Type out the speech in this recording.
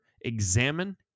examine